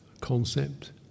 concept